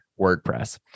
WordPress